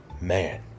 man